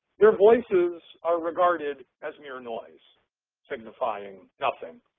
their voices are regarded as mere noise signifying nothing,